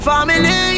Family